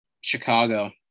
Chicago